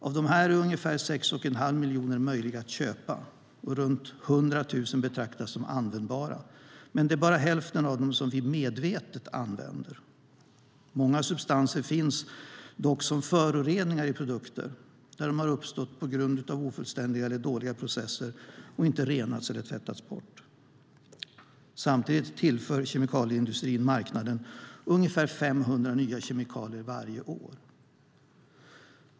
Av dem är ungefär sex och en halv miljon möjliga att köpa, och runt hundra tusen betraktas som användbara, men det är bara hälften av dem som vi medvetet använder. Många substanser finns som föroreningar i produkter där de uppstått på grund av ofullständiga eller dåliga processer och inte renats eller tvättats bort. Samtidigt tillför kemikalieindustrin marknaden ungefär 500 nya kemikalier varje år.